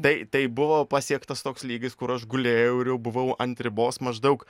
tai tai buvo pasiektas toks lygis kur aš gulėjau ir jau buvau ant ribos maždaug